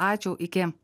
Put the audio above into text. ačiū iki